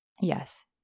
yes